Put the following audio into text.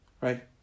right